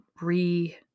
re